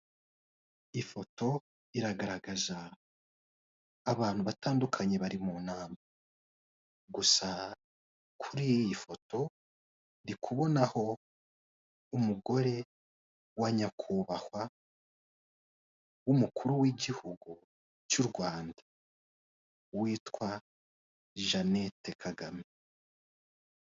Ifoto iragaragaza abantu batandukanye bari mu nama, gusa kuriyi foto ndikubonaho umugore wa nyakubahwa w'umukuru w'igihuhu cy'u Rwanda. Witwa Janete Kagame